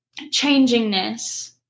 changingness